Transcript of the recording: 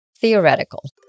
theoretical